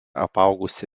apaugusi